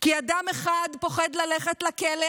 כי אדם אחד פוחד ללכת לכלא,